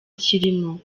kirimo